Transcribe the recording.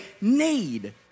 need